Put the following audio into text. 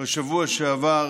בשבוע שעבר